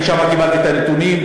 שמעתי את הנתונים,